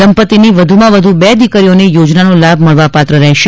દંપતીની વધુમાં વધુ બે દીકરીઓને યોજનાનો લાભ મળવાપાત્ર રહેશે